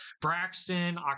Braxton